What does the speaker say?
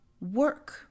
work